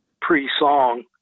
pre-song